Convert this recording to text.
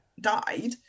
died